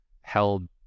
held